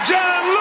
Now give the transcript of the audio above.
John